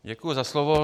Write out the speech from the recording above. Děkuji za slovo.